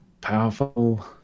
powerful